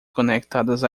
conectadas